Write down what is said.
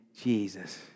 Jesus